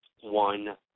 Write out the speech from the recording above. one